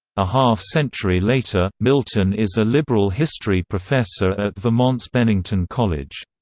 a half-century later, milton is a liberal history professor at vermont's bennington college.